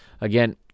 again